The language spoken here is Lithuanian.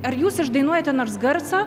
ar jūs išdainuojate nors garsą